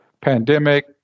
pandemic